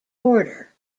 border